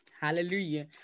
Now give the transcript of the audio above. Hallelujah